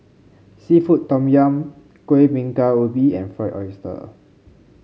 seafood Tom Yum Kueh Bingka Ubi and Fried Oyster